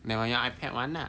then 我用 ipad 玩 lah